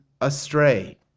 astray